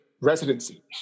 residency